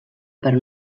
per